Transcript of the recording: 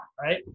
right